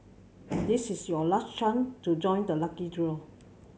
this is your last chance to join the lucky draw